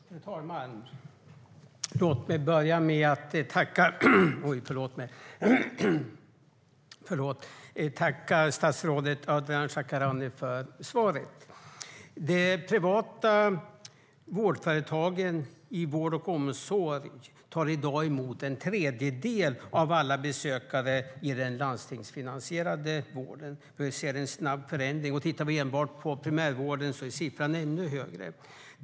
Fru talman! Låt mig börja med att tacka statsrådet Ardalan Shekarabi för svaret. De privata vårdföretagen i vård och omsorg tar i dag emot en tredjedel av alla besökare i den landstingsfinansierade vården. Det är alltså en snabb förändring. Om vi tittar på enbart primärvården kan vi se att siffran är ännu högre.